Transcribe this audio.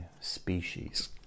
species